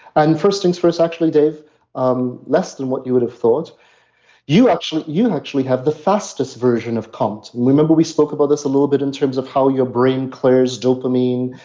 and first things first, actually dave um less than what you would have thought you actually you actually have the fastest version of comt. remember we spoke about this a little bit in terms of how your brain clears dopamine,